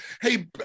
Hey